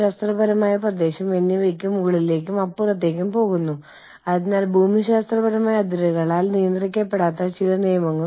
ഇത് മാതൃ കമ്പനിയെക്കുറിച്ചോ അല്ലെങ്കിൽ മാതൃരാജ്യത്തെക്കുറിച്ചോ മാത്രമല്ല ആതിഥേയ രാജ്യത്തെക്കുറിച്ചും കൂടിയാണ്